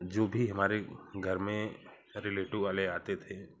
जो भी हमारे घर में रिलेटिव वाले आते थे